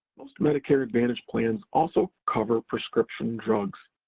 most medicare advantage plans also cover prescription drugs,